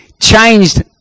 changed